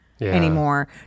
Anymore